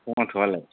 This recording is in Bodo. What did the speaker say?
टमेट'आलाय